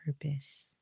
purpose